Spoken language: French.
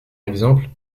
exemple